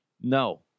No